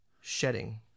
shedding